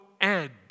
end